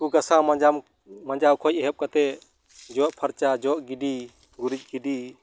ᱠᱚ ᱜᱟᱥᱟᱣ ᱢᱟᱡᱟᱣ ᱠᱷᱚᱱ ᱮᱦᱚᱵ ᱠᱟᱛᱮ ᱡᱚᱜ ᱯᱷᱟᱨᱪᱟ ᱡᱚᱜ ᱜᱤᱰᱤ ᱜᱩᱨᱤᱡ ᱜᱤᱰᱤ